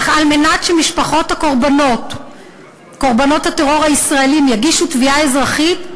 אך על מנת שמשפחות קורבנות הטרור הישראלים יגישו תביעו אזרחית,